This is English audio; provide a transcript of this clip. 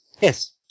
Yes